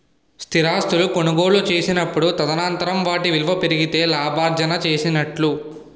స్థిరాస్తులు కొనుగోలు చేసినప్పుడు తదనంతరం వాటి విలువ పెరిగితే లాభార్జన చేసినట్టు